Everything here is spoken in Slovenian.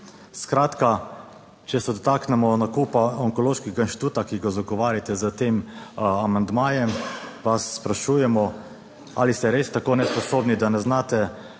Skratka, če se dotaknemo nakupa Onkološkega inštituta, ki ga zagovarjate s tem amandmajem, pa vas sprašujemo ali ste res tako nesposobni, da ne znate